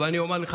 אבל אני אומר לך,